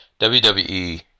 WWE